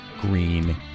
Green